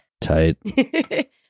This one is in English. Tight